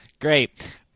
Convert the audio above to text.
great